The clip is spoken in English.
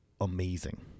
amazing